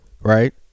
right